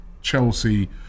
Chelsea